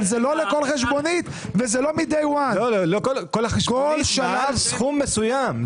אבל זה לא לכל חשבונית וזה לא מ-DAY 0NE. חשבונית מעל סכום מסוים.